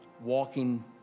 walking